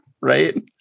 Right